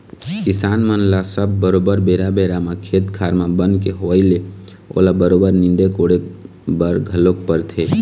किसान मन ल सब बरोबर बेरा बेरा म खेत खार म बन के होवई ले ओला बरोबर नींदे कोड़े बर घलोक परथे